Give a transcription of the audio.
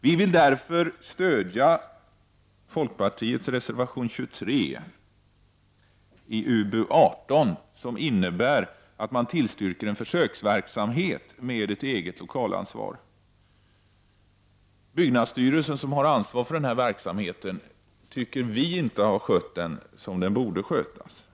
Vi vill därför stödja folkpartiets reservation 23 i UbU18, som innebär att man tillstyrker en försöksverksamhet med ett eget lokalansvar. Byggnadsstyrelsen, som har ansvaret för denna verksamhet, tycker vi inte har skött saken som den borde.